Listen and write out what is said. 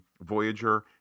Voyager